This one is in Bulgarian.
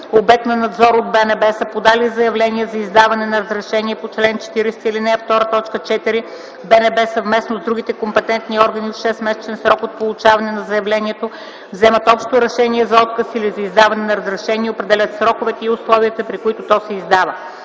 обект на надзор от БНБ, са подали заявление за издаване на разрешение по чл. 40, ал. 2, т. 4, БНБ съвместно с другите компетентни органи в 6-месечен срок от получаване на заявлението вземат общо решение за отказ или за издаване на разрешение и определят сроковете и условията, при които то се издава.